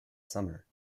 summer